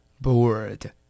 Bored